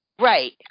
Right